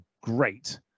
great